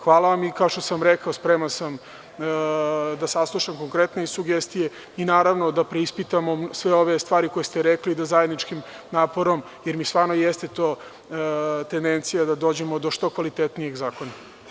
Hvala vam i, kao što sam rekao, spreman sam da saslušam konkretne sugestije i, naravno, da preispitamo sve ove stvari koje ste rekli i da zajedničkim naporom, jer mi stvarno jeste do tendencija, dođemo do što kvalitetnijeg zakona.